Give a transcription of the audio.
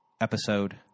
episode